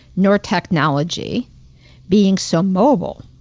nor technology being so mobile.